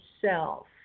self